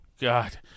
God